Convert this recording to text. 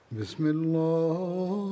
Bismillah